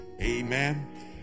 amen